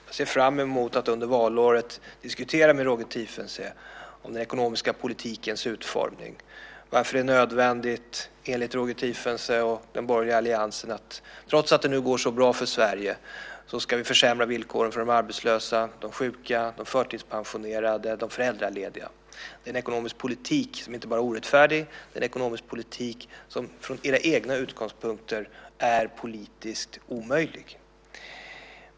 Jag ser fram emot att under valåret diskutera med Roger Tiefensee om den ekonomiska politikens utformning och om varför det enligt Roger Tiefensee och den borgerliga alliansen är nödvändigt att, trots att det nu går så bra för Sverige, försämra villkoren för de arbetslösa, de sjuka, de förtidspensionerade och de föräldralediga. Det är en ekonomisk politik som inte bara är orättfärdig, utan det är en ekonomisk politik som, utifrån era egna utgångspunkter, är politiskt omöjlig.